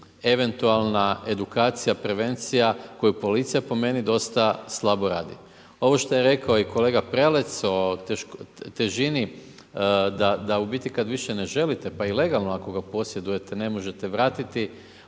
eventualna edukacija, prevencija, koju policiju, po meni, dosta slabo radi. Ovo što je rekao kolega Prelec o težini, da u biti kada više ne želite, pa i legalno ako ga posjedujete ne možete ga vratiti,